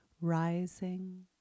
rising